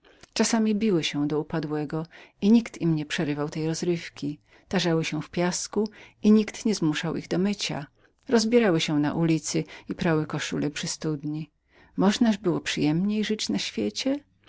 czasami biły się do upadłego i nikt im nie przerywał tej rozrywki tarzały się w piasku i nikt nie zmuszał ich do mycia rozbierały się na ulicy i prały koszule przy studni możnaż było przyjemniej żyć na świecie